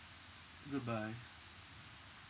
goodbye